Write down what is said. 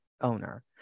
owner